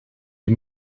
die